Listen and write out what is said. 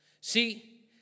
See